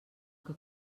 que